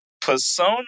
Persona